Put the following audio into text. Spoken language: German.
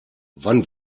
wann